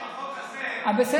השאלה היא אם בחוק הזה, בסדר.